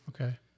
Okay